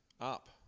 up